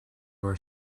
were